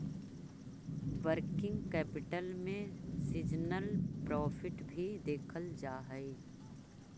working capital में seasonal profit भी देखल जा हई